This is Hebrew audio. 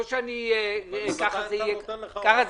לא שזה ככה יהיה --- אבל ממתי השר נותן לך הוראה?